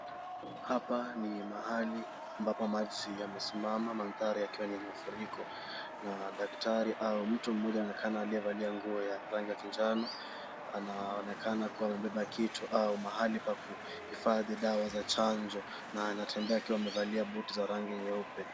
Hapa ni mahali ambapo maji yamesimama mandhari yakiwa ni ya mafuriko na daktari au mtu mmoja amekaa mahali amevalia nguo ya rangi ya kinjano. Anaonekana kuwa amebeba kitu au mahali pa kuhifadhi dawa za chanjo na anatembea akiwa amevalia buti za rangi nyeupe.